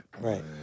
Right